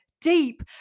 deep